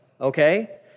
okay